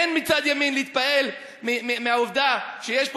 הן מצד ימין להתפעל מהעובדה שיש פה